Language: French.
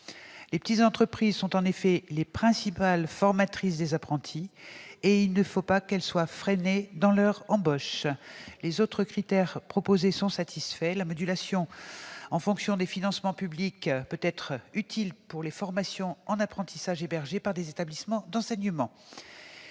Les petites entreprises sont en effet les principales formatrices des apprentis et il ne faut pas qu'elles soient freinées dans leur embauche. Les autres critères proposés sont satisfaits. La modulation en fonction des financements publics peut être utile pour les formations en apprentissage hébergées par des établissements d'enseignement.